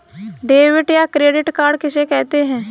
Debit या credit card किसे कहते हैं?